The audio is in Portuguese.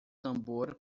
tambor